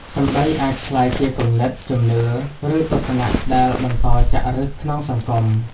សម្ដីអាចក្លាយជាគំនិត ជំនឿ ឬទស្សនៈដែលបន្តចាក់ឫសក្នុងសង្គម។